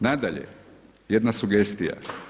Nadalje, jedna sugestija.